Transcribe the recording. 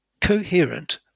coherent